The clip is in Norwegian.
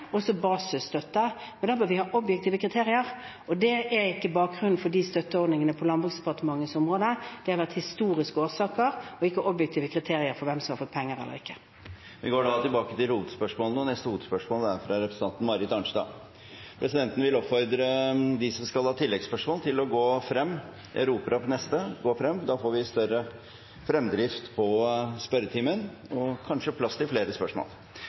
også basisstøtte, men da bør vi ha objektive kriterier, og det er ikke bakgrunnen for de støtteordningene på Landbruks- og matdepartementets område. Det har vært historiske årsaker og ikke objektive kriterier for hvem som har fått penger eller ikke. Vi går til neste hovedspørsmål. Presidenten vil oppfordre dem som skal ha tilleggsspørsmål, til å gå fremover i salen. Jeg roper opp neste, og så går man frem. Da får vi større fremdrift i spørretimen og kanskje plass til flere spørsmål.